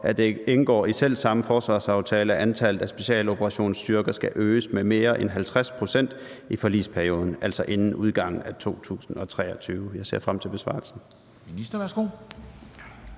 at det indgår i selv samme forsvarsaftale, at antallet af specialoperationsstyrker skal øges med mere end 50 pct. i forligsperioden, altså inden udgangen af 2023? Jeg ser frem til besvarelsen.